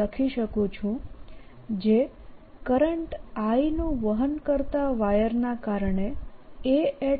લખી શકું છું જે કરંટ I નું વહન કરતા વાયરના કારણે A છે